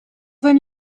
sein